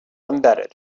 embedded